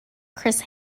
chris